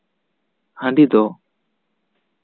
ᱦᱟᱺᱰᱤ ᱫᱚ